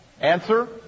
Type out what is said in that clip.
Answer